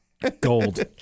Gold